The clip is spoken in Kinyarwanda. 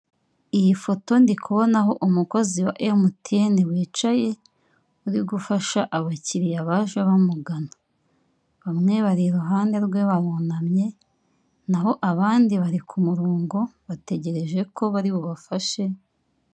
Iyi foto ndi kubonaho umukozi wa MTN wicaye, uri gufasha abakiriya baje bamugana, bamwe bari iruhande rwe barunamye, naho abandi bari ku murongo bategereje ko bari bubafashe.